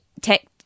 tech